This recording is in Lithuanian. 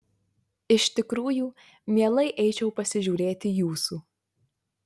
iš tikrųjų mielai eičiau pasižiūrėti jūsų